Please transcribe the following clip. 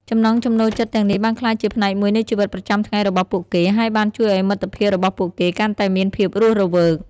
ចំណង់ចំណូលចិត្តទាំងនេះបានក្លាយជាផ្នែកមួយនៃជីវិតប្រចាំថ្ងៃរបស់ពួកគេហើយបានជួយឲ្យមិត្តភាពរបស់ពួកគេកាន់តែមានភាពរស់រវើក។